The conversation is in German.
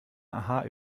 aha